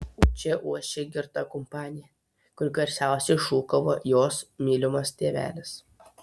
o čia ošė girta kompanija kur garsiausiai šūkavo jos mylimas tėvelis